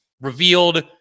revealed